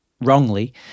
wrongly